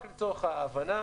רק לצורך ההבנה,